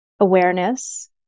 awareness